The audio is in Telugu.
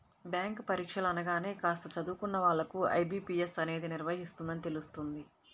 బ్యాంకు పరీక్షలు అనగానే కాస్త చదువుకున్న వాళ్ళకు ఐ.బీ.పీ.ఎస్ అనేది నిర్వహిస్తుందని తెలుస్తుంది